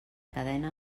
cadena